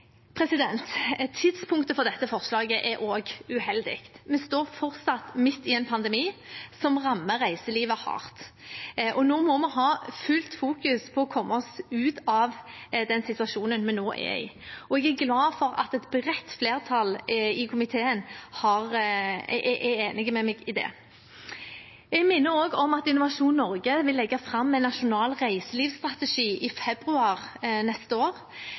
Tidspunktet for dette forslaget er også uheldig. Vi står fortsatt midt i en pandemi som rammer reiselivet hardt. Nå må vi ha fullt fokus på å komme oss ut av den situasjonen vi nå er i, og jeg er glad for at et bredt flertall i komiteen er enig med meg i det. Jeg minner også om at Innovasjon Norge vil legge fram en nasjonal reiselivsstrategi i februar neste år.